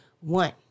one